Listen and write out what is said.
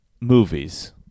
movies